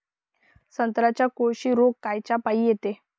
संत्र्यावर कोळशी रोग कायच्यापाई येते?